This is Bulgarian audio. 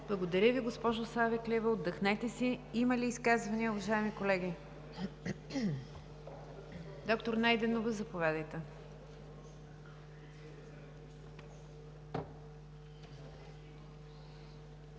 Благодаря Ви, госпожо Савеклиева, отдъхнете си. Има ли изказвания, уважаеми колеги? Доктор Найденова, заповядайте.